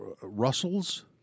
Russell's